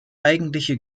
eigentliche